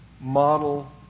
model